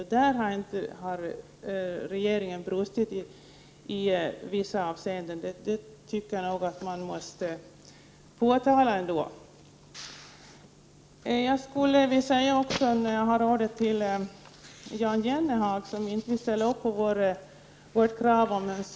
Här har regeringen brustit i vissa avseenden, och det måste ändå påtalas.